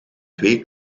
twee